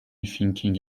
thinking